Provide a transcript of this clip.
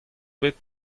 bet